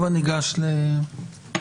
הבה ניגש לתקנות.